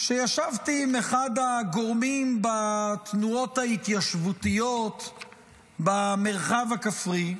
ישבתי עם אחד הגורמים בתנועות ההתיישבותיות במרחב הכפרי,